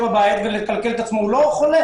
בבית ולכלכל את עצמו הוא לא חולה.